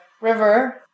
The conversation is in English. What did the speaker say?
river